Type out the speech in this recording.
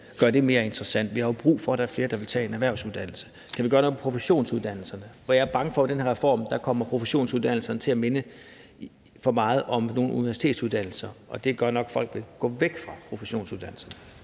gøre det mere interessant. Vi har jo brug for, at der er flere, der vil tage en erhvervsuddannelse. Kan vi gøre noget ved professionsuddannelserne? Jeg er bange for, at med den her reform kommer professionsuddannelserne til at minde for meget om nogle universitetsuddannelser, og det gør nok, at folk vil gå væk fra professionsuddannelserne.